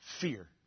Fear